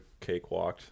cakewalked